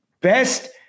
Best